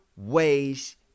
Ways